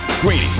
Greeny